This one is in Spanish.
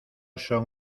son